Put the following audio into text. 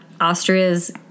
Austria's